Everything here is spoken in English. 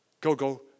go-go